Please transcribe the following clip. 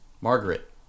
Margaret